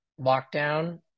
lockdown